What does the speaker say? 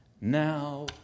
now